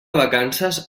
vacances